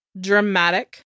Dramatic